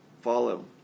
follow